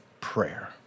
prayer